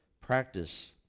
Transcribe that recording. practice